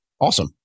Awesome